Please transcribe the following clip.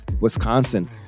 wisconsin